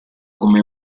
come